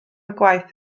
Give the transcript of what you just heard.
gwaith